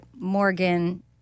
Morgan